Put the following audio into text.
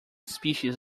species